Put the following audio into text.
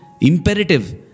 imperative